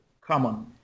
common